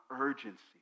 urgency